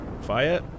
fire